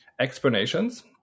explanations